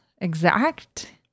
exact